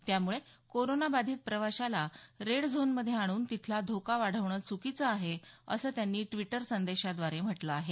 त्यामुळे कोरोनाबाधित प्रवाशाला रेड झोनमध्ये आणून तिथला धोका वाढवणं चुकीचं आहे असं त्यांनी ड्विटर संदेशाद्वारे म्हटलं आहे